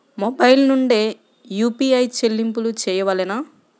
Mobile నుండే UPI చెల్లింపులు చేయవలెనా?